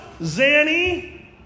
Zanny